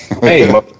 hey